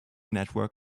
network